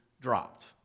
dropped